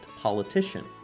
politician